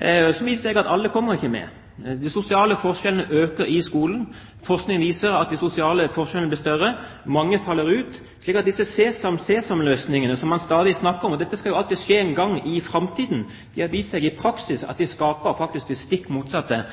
men så har det vist seg at alle kommer ikke med. De sosiale forskjellene øker i skolen. Forskning viser at de sosiale forskjellene blir større, og mange faller ut, slik at disse sesam–sesam-løsningene som man stadig snakker om – dette skal jo alltid skje en gang i framtiden – har vist at de i praksis faktisk skaper det stikk motsatte.